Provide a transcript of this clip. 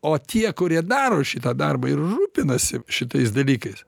o tie kurie daro šitą darbą ir rūpinasi šitais dalykais